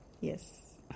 Yes